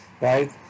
right